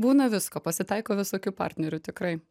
būna visko pasitaiko visokių partnerių tikrai